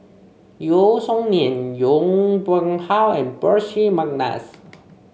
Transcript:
Yeo Song Nian Yong Pung How and Percy McNeice